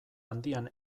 handian